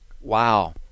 Wow